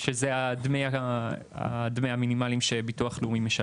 שזה הדמי המינימליים שביטוח לאומי משלם.